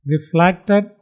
Reflected